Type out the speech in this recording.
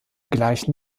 gleichen